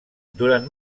durant